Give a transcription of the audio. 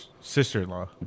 Sister-in-law